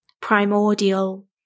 primordial